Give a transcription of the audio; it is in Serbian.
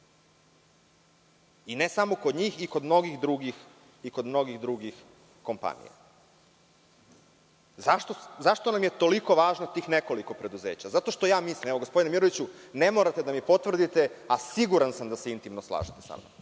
Ne samo kod njih, i kod mnogih drugih kompanija.Zašto nam je toliko važno tih nekoliko preduzeća? Zato što ja mislim, evo, gospodine Miroviću, ne morate da mi potvrdite, a siguran sam da se intimno slažete sa mnom,